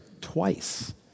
twice